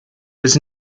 was